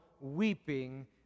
weeping